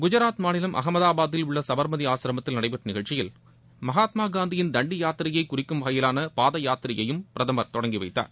குஜராத் மாநிலம் அகமதாபாத்தில் உள்ள சபாமதி ஆஸ்ரமத்தில் நடைபெற்ற நிகழ்ச்சியில் மகாத்மா காந்தியின் தண்டி யாத்திரையை குறிக்கும் வகையிலான பாத யாத்திரையயும் பிரதமர் தொடங்கி வைத்தார்